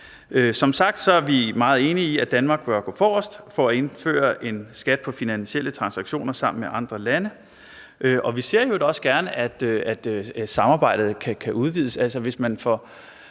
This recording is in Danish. Som sagt er vi meget enige i, at Danmark bør gå forrest for at indføre en skat på finansielle transaktioner sammen med andre lande, og vi ser i øvrigt også gerne, at samarbejdet kan udvides.